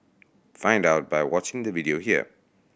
find out by watching the video here